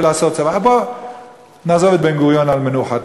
אבל בואו נעזוב את בן-גוריון על מנוחתו.